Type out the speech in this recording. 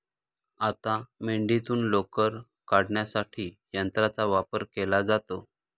आता मेंढीतून लोकर काढण्यासाठी यंत्राचा वापर केला जातो